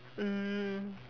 um